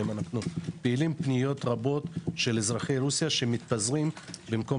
מקבלים פניות רבות של אזרחי רוסיה שמתפזרים במקום